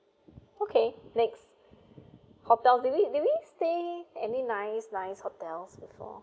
okay next hotel they wait do we do we stay any nice nice hotels before